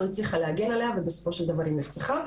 הצליחה להגן עליה ובסופו של דבר היא נרצחה.